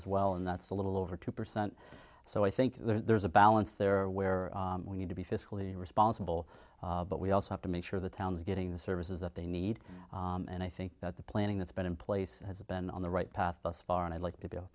as well and that's a little over two percent so i think there's a balance there where we need to be fiscally responsible but we also have to make sure the town's getting the services that they need and i think that the planning that's been in place has been on the right path thus far and i'd like to